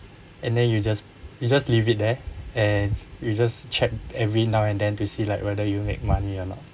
and then you just you just leave it there and you just check every now and then to see like whether you make money or not